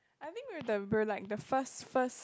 I think we're the we're like the first first